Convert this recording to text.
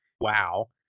Wow